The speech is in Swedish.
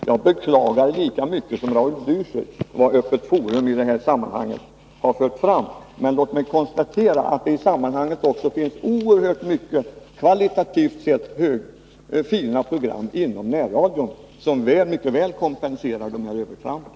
Jag beklagar lika mycket som Raul Blächer vad som har framförts i det programmet. Låt mig dock i sammanhanget konstatera att närradion också sänder kvalitativt oerhört fina program, som mer än väl kompenserar dessa övertramp.